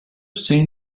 seen